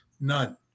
none